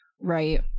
Right